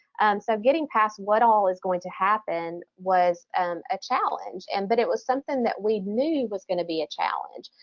so getting past what all is going to happen was and a challenge, and but it was something that we knew was gonna be a challenge.